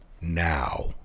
Now